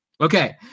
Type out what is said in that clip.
Okay